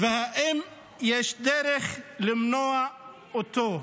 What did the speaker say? והאם יש דרך למנוע אותו?"